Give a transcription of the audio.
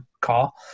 call